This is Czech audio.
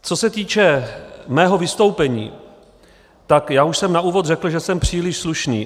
Co se týče mého vystoupení, tak já už jsem na úvod řekl, že jsem příliš slušný.